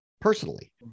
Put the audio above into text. personally